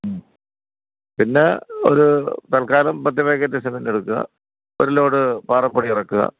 പിന്നെ ഒരു തൽക്കാലം പത്ത് പേകറ്റ് സിമൻറ്റ് എടുക്കുക ഒരു ലോഡ് പാറപ്പൊടി ഇറക്കുക